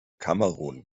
kamerun